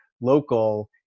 local